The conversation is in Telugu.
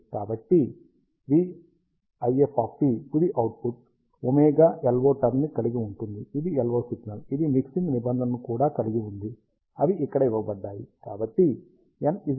కాబట్టి vIF తుది అవుట్పుట్ ωLO టర్మ్ ని కలిగి ఉంటుంది ఇది LO సిగ్నల్ ఇది మిక్సింగ్ నిబంధనలను కూడా కలిగి ఉంది అవి ఇక్కడ ఇవ్వబడ్డాయి